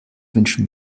wünschen